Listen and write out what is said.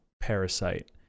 Parasite